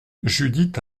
judith